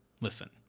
listen